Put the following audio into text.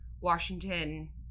washington